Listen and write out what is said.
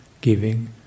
giving